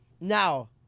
Now